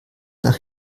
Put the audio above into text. nach